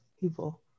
people